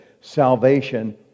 salvation